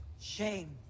shame